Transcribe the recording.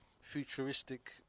futuristic